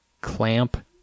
clamp